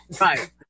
Right